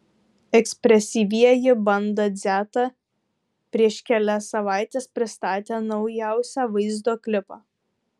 ekspresyvieji banda dzeta prieš kelias savaites pristatė naujausią vaizdo klipą